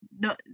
no